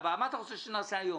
שנעשה היום?